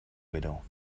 widow